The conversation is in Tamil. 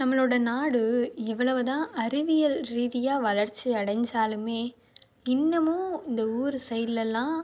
நம்மளோடய நாடு எவ்வளவு தான் அறிவியல் ரீதியாக வளர்ச்சி அடைஞ்சாலுமே இன்னமும் இந்த ஊரு சைட்லெல்லாம்